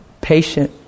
Patient